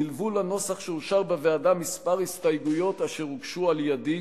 נלוו לנוסח שאושר בוועדה הסתייגויות מספר אשר הוגשו על-ידי